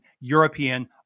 European